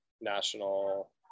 national